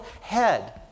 head